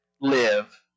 live